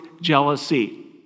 jealousy